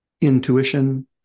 intuition